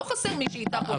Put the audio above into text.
לא חסר מי שייטע פה עצים.